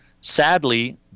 Sadly